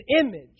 image